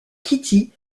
kitty